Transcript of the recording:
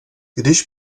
když